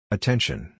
Attention